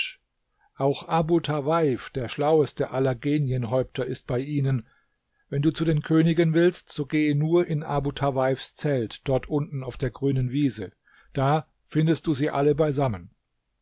auch abu tawaif der schlaueste aller genienhäupter ist bei ihnen wenn du zu den königen willst so gehe nur in abu tawaifs zelt dort unten auf der grünen wiese da findest du sie alle beisammen